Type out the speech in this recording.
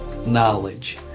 knowledge